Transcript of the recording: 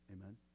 Amen